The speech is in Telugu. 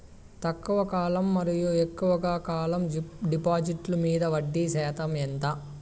తక్కువ కాలం మరియు ఎక్కువగా కాలం డిపాజిట్లు మీద వడ్డీ శాతం ఎంత?